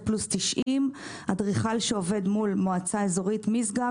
פלוס 90. אדריכל שעובד מול מועצה אזורית משגב